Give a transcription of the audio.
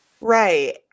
right